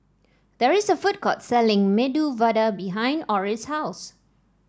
there is a food court selling Medu Vada behind Orris' house